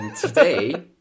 today